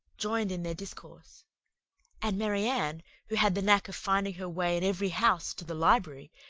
joined in their discourse and marianne, who had the knack of finding her way in every house to the library,